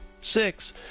six